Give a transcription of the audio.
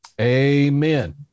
amen